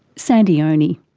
sandie onie.